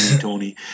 tony